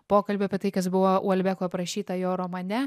pokalbių apie tai kas buvo uolbeko aprašyta jo romane